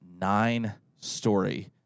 nine-story